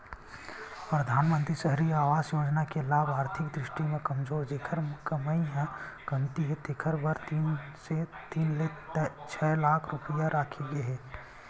परधानमंतरी सहरी आवास योजना के लाभ आरथिक दृस्टि म कमजोर जेखर कमई ह कमती हे तेखर बर तीन ले छै लाख रूपिया राखे गे हे